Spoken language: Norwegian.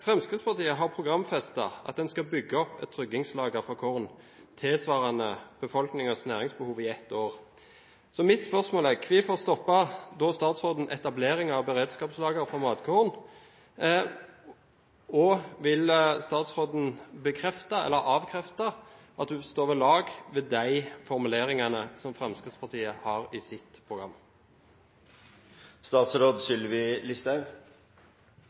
Fremskrittspartiet har programfestet at en skal bygge opp et beredskapslager for korn tilsvarende befolkningens næringsbehov i ett år. Mitt spørsmål er: Hvorfor stopper da statsråden etablering av beredskapslagre for matkorn? Og vil statsråden bekrefte eller avkrefte at formuleringene som Fremskrittspartiet har i sitt program om dette, står ved lag?